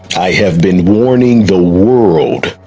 i have been warning the world.